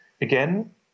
Again